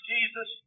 Jesus